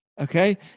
Okay